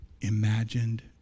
imagined